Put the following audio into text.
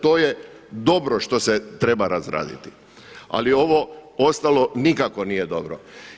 To je dobro što se treba razraditi ali ovo ostalo nikako nije dobro.